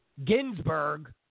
Ginsburg